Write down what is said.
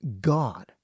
God